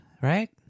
right